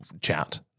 chat